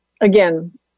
again